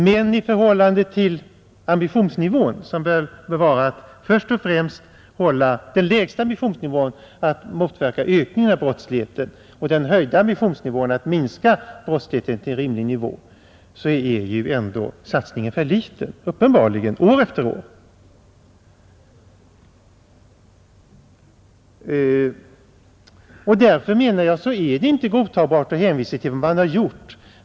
Men i förhållande till ambitionsnivån, som lägst bör vara att motverka ökningen av brottsligheten — medan en höjd ambitionsnivå bör vara att minska brottsligheten till rimlig omfattning — så har ändå satsningen uppenbarligen varit för liten, år efter år. Därför är det inte godtagbart att hänvisa till vad man har gjort.